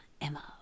Emma